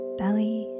belly